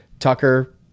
Tucker